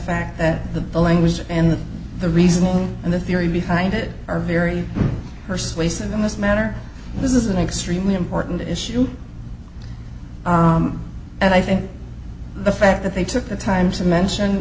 fact that the language in the reasoning and the theory behind it are very persuasive in this matter and this is an extremely important issue and i think the fact that they took the time to mention